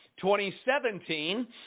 2017